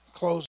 close